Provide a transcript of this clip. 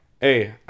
Hey